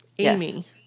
Amy